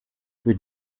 für